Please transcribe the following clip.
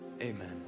Amen